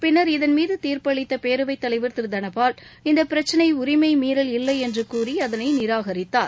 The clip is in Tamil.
பின்னர் இதன்மீது தீர்ப்பு அளித்த பேரவைத் தலைவர் திரு தனபால் இந்த பிரச்சினை உரிமை மீறல் இல்லை என்று கூறி அதனை நிராகரித்தார்